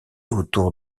autour